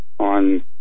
On